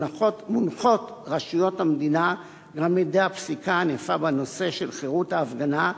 מונחות רשויות המדינה גם על-ידי הפסיקה הענפה בנושא של חירות ההפגנה.